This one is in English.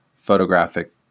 photographic